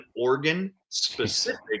organ-specific